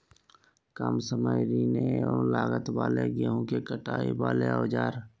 काम समय श्रम एवं लागत वाले गेहूं के कटाई वाले औजार?